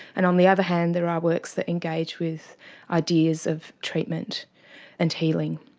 and on the other hand there are works that engage with ideas of treatment and healing.